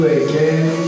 again